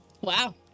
Wow